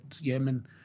Yemen